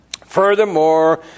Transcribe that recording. Furthermore